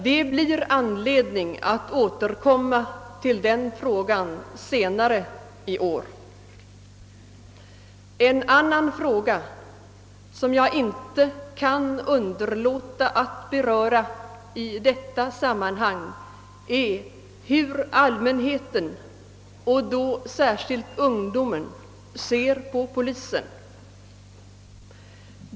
Det blir anledning att senare i år återkomma till den frågan. Ett annat problem som jag i detta sammanhang inte kan underlåta att beröra är frågan hur allmänheten och då särskilt ungdomen ser på polisen.